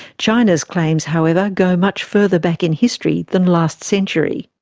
china's claims, however go much further back in history than last century.